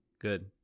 Good